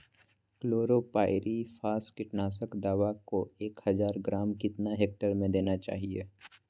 Chlorpyrifos कीटनाशक दवा को एक हज़ार ग्राम कितना हेक्टेयर में देना चाहिए?